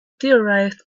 theorized